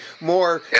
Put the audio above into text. more